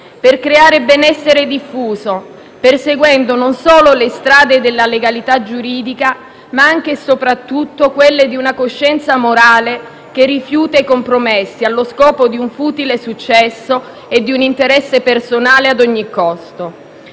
di creare benessere diffuso, perseguendo non solo le strade della legalità giuridica, ma anche e soprattutto quelle di una coscienza morale che rifiuta i compromessi allo scopo di un futile successo e un interesse personale a ogni costo.